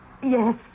Yes